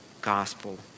gospel